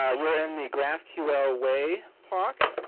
you're in the graphql way talk.